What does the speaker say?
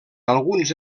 alguns